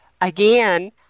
Again